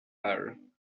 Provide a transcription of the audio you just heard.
ball